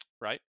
right